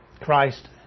Christ